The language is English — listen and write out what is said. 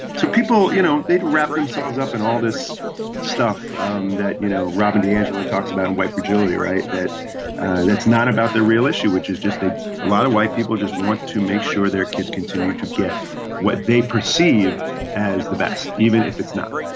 so people you know they'd wrap themselves up in all this stuff um that you know robin de angelo talks about in white fragility right. that that's not about the real issue which is just that a lot of white people just want to make sure their kids continue to get what they perceive as the best even if it's not